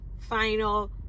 final